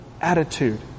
attitude